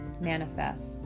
manifest